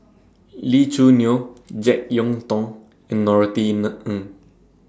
Lee Choo Neo Jek Yeun Thong and Norothy Ng